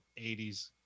80s